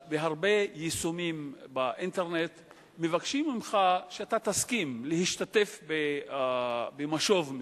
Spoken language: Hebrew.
בהרבה יישומים באינטרנט מבקשים ממך שתסכים להשתתף במשוב מסוים.